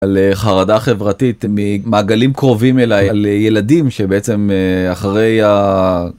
על חרדה חברתית ממעגלים קרובים אליי, על ילדים שבעצם אחרי ה...